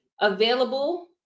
available